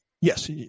Yes